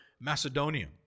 Macedonia